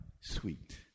sweet